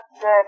good